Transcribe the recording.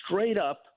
straight-up